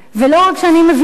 "ולא רק שאני מבינה,